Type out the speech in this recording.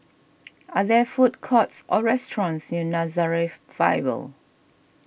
are there food courts or restaurants near Nazareth Bible